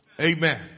Amen